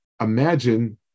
imagine